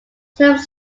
terms